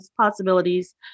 possibilities